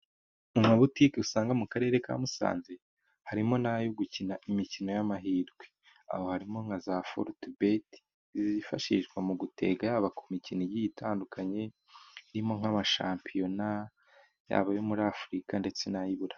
Mu mabotike usanga mu Karere ka Musanze harimo n'ayo gukina imikino y'amahirwe, aho harimo nka za furudibeti zifashishwa mu gutega haba ku mikino igiye itandukanye irimo nk'amashampiyona yaba ayo muri Afurika ndetse n'ayiburayi.